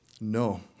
No